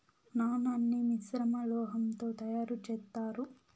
నాణాన్ని మిశ్రమ లోహం తో తయారు చేత్తారు